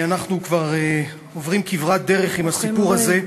אנחנו כבר עוברים כברת דרך עם הסיפור הזה.